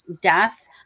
death